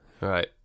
Right